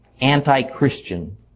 anti-Christian